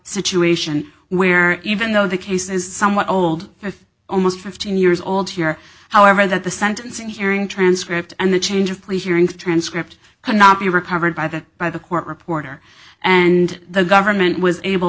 situation where even though the case is somewhat old it's almost fifteen years old here however that the sentencing hearing transcript and the change of pleas hearing transcript cannot be recovered by the by the court reporter and the government was